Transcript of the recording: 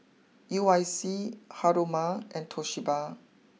U I C Haruma and Toshiba